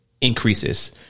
increases